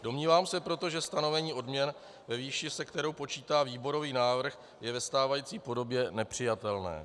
Domnívám se proto, že stanovení odměn ve výši, se kterou počítá výborový návrh, je ve stávající podobě nepřijatelné.